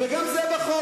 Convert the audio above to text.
זה בחוק, וגם זה בחוק.